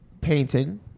Painting